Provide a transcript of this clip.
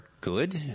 good